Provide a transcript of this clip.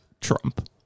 Trump